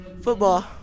Football